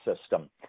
system